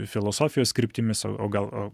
filosofijos kryptimis o o gal o